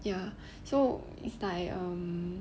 ya so it's like um